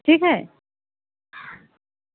ठीक है